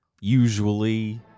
usually